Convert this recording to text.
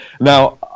Now